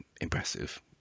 impressive